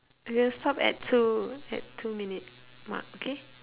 we will stop at two at two minute mark okay